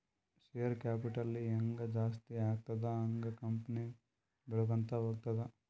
share capital ಹ್ಯಾಂಗ್ ಜಾಸ್ತಿ ಆಗ್ತದ ಹಂಗ್ ಕಂಪನಿ ಬೆಳ್ಕೋತ ಹೋಗ್ತದ